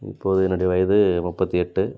இப்போது என்னுடைய வயது முப்பத்து எட்டு